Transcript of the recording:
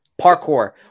Parkour